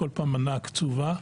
כל פעם מנה קצובה.